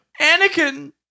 Anakin